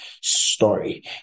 story